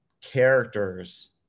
characters